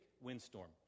windstorm